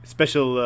Special